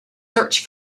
search